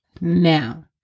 Now